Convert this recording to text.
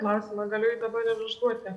klausimą galiu jį dabar ir užduoti